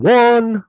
one